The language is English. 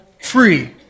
free